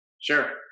Sure